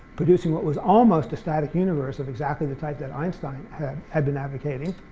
producing what was almost a static universe of exactly the type that einstein had had been advocating.